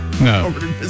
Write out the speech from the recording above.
No